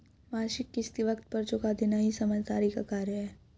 मासिक किश्त वक़्त पर चूका देना ही समझदारी का कार्य है